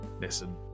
Listen